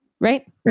right